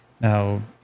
Now